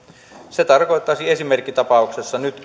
se tarkoittaisi esimerkkitapauksessa nyt